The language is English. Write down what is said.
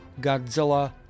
Godzilla